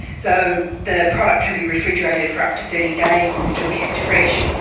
so the product can be refrigerated for up to thirty days and still kept fresh,